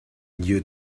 you